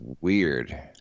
weird